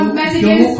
messages